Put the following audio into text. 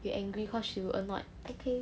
you angry cause she was annoyed okay